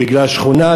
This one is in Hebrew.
בגלל שכונה,